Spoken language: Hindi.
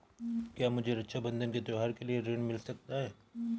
क्या मुझे रक्षाबंधन के त्योहार के लिए ऋण मिल सकता है?